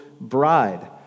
bride